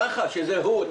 שזה הוא.